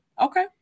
okay